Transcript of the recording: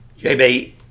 JB